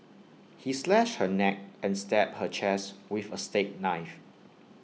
he slashed her neck and stabbed her chest with A steak knife